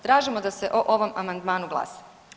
Tražimo da se o ovom amandmanu glasa.